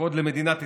כבוד למדינת ישראל.